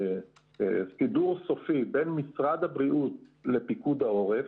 סידור סופי בין משרד הבריאות לפיקוד העורף.